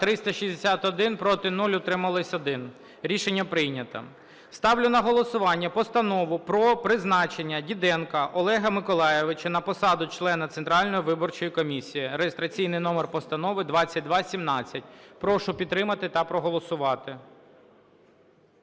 За-361 Проти – 0, утрималися – 1. Рішення прийнято. Ставлю на голосування Постанову про призначення Діденка Олега Миколайовича на посаду члена Центральної виборчої комісії (реєстраційний номер Постанови 2217). Прошу підтримати та проголосувати.